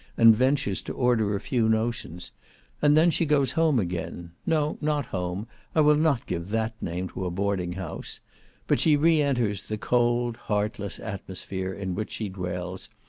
and ventures to order a few notions and then she goes home again no, not home i will not give that name to a boarding-house but she re-enters the cold heartless atmosphere in which she dwells,